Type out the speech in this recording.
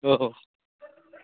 ꯍꯣ ꯍꯣ